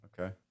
Okay